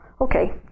okay